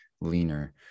leaner